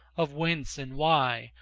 of whence and why,